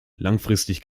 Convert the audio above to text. langfristig